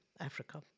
Africa